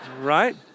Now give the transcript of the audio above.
Right